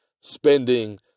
spending